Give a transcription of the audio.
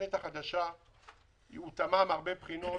התוכנית החדשה הותאמה מהרבה בחינות,